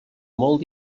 molt